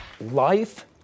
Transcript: life